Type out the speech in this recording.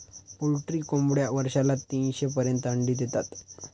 poultry कोंबड्या वर्षाला तीनशे पर्यंत अंडी देतात